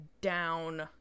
down